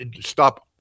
stop